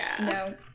no